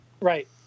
Right